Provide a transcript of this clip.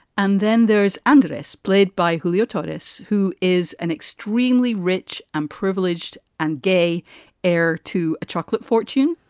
and then there's andras, played by julio totus, who is an extremely rich and privileged and gay heir to a chocolate fortune.